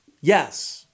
yes